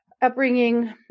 upbringing